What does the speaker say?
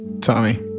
Tommy